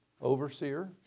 overseer